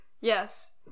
Yes